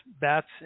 bats